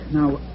Now